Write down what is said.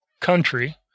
country